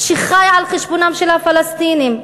שחי על חשבונם של הפלסטינים,